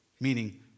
meaning